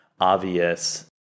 obvious